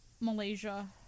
Malaysia